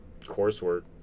coursework